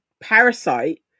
parasite